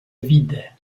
vide